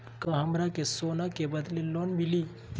का हमरा के सोना के बदले लोन मिलि?